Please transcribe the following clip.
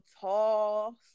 tall